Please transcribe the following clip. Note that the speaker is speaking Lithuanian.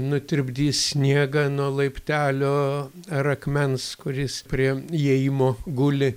nutirpdys sniegą nuo laiptelio ar akmens kuris prie įėjimo guli